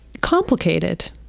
complicated